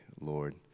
Lord